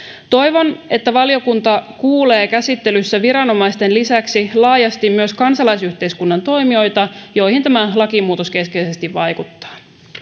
toivon että valiokunta kuulee käsittelyssä viranomaisten lisäksi laajasti myös kansalaisyhteiskunnan toimijoita joihin tämä lakimuutos keskeisesti vaikuttaa